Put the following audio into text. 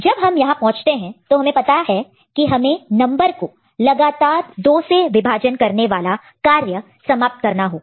जब हम यहां पहुंचते हैं तो हमें पता है कि हमें नंबर को लगातार 2 से विभाजन डिवाइड divide करने वाला कार्य समाप्त करना होगा